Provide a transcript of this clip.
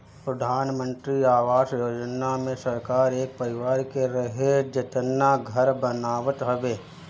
प्रधानमंत्री आवास योजना मे सरकार एक परिवार के रहे जेतना घर बनावत हवे